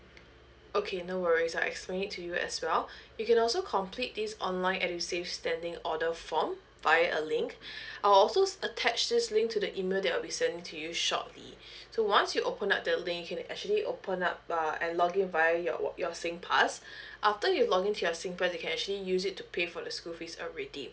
okay no worries I'll explain it to you as well you can also complete this online edusave standing order form via a link I'll also attach this link to the email that I'll be sending to you shortly so once you open up the link you can actually open up uh and log in via your wa~ your singpass after you log in to your singpass you can actually use it to pay for the school fees already